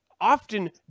often